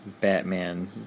Batman